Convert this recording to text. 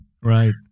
Right